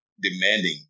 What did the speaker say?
demanding